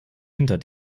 hinter